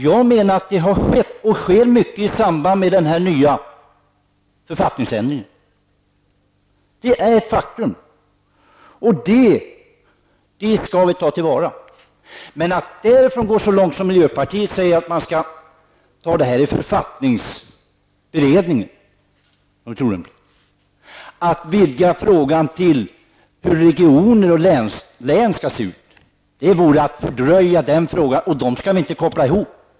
Jag menar att det sker mycket i samband med den nya författningsändringen. Det är ett faktum. Det skall vi ta till vara. Men att därifrån gå så långt som miljöpartiet gör och säga att man skall ta upp detta i författningsberedningen, att vidga frågan till att omfatta hur regioner och län skall se ut, vore att fördröja ärendet. Regioner och län skall vi inte koppla ihop.